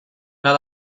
not